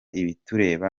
ibitureba